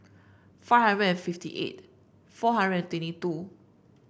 five hundred and fifty eight four hundred and twenty two